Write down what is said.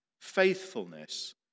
faithfulness